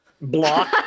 Block